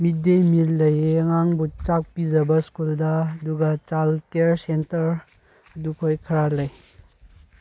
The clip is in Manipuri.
ꯃꯤꯠ ꯗꯦ ꯃꯤꯜ ꯂꯩ ꯑꯉꯥꯡꯕꯨ ꯆꯥꯛ ꯄꯤꯖꯕ ꯁ꯭ꯀꯨꯜꯗ ꯑꯗꯨꯒ ꯆꯥꯏꯜ ꯀꯤꯌꯔ ꯁꯦꯟꯇꯔ ꯑꯗꯨꯈꯣꯏ ꯈꯔ ꯂꯩ